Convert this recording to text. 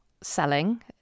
selling